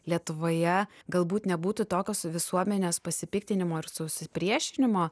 lietuvoje galbūt nebūtų tokios visuomenės pasipiktinimo ir susipriešinimo